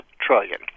trillion